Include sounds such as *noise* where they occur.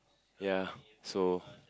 ya *breath* so